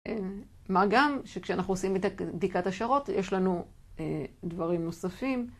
מה גם שכשאנחנו עושים בדיקת השערות, יש לנו דברים נוספים.